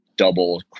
double